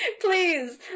Please